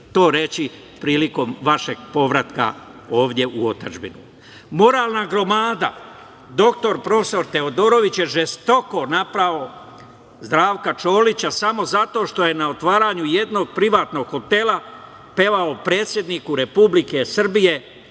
to reći prilikom vašeg povratka ovde u otadžbinu. Moralna gromada, prof. dr Teodorović je žestoko napao Zdravka Čolića samo zato što je na otvaranju jednog privatnog hotela pevao predsedniku Republike Srbije